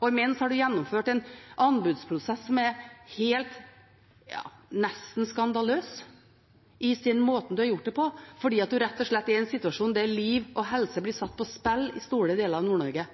Og imens har en gjennomført en anbudsprosess som er helt – ja, nesten skandaløs i den måten en har gjort det på, fordi en rett og slett er i en situasjon der liv og helse blir satt på spill i store deler av Nord-Norge.